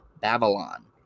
Babylon